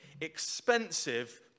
expensive